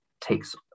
takes